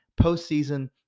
Postseason